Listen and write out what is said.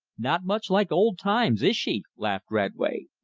not much like old times, is she? laughed radway.